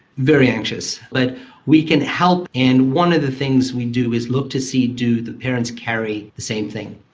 very anxious, but we can help, and one of the things we do is look to see do the parents carry the same thing.